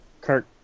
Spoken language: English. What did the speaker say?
Kirk